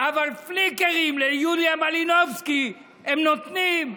אבל פליקרים ליוליה מלינובסקי הם נותנים.